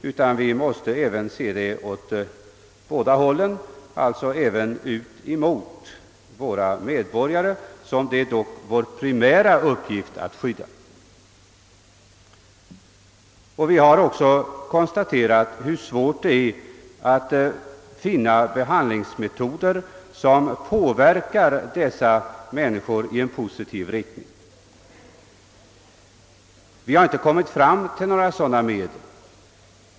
Vår primära uppgift är dock att skydda medborgarna och deras egendom. Vi har konstaterat hur svårt det är att finna behandlingsmetoder som påverkar brottslingarna i positiv riktning. Ännu har vi inte funnit några sådana metoder.